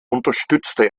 unterstützte